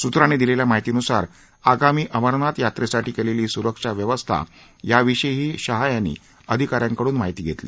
सूत्रांनी दिलेल्या माहितीनुसार आगामी अमरनाथ यात्रेसाठी केलेली सुरक्षा व्यवस्था याविषयीही शहा यांनी अधिकाऱ्यांकडून माहिती घेतली